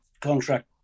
contract